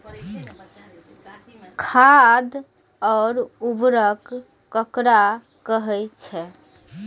खाद और उर्वरक ककरा कहे छः?